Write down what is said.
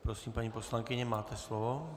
Prosím, paní poslankyně, máte slovo.